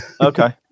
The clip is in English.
okay